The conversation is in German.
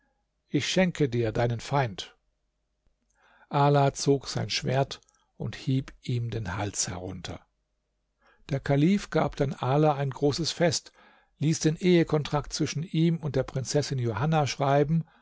ich schenke dir deinen feind ala zog sein schwert und hieb ihm den hals herunter der kalif gab dann ala ein großes fest ließ den ehekontrakt zwischen ihm und der prinzessin johanna schreiben